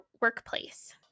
workplace